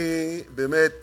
אני באמת